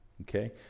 Okay